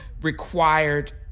required